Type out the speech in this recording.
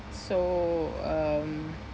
so um